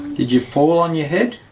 did you fall on your head?